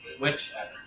Whichever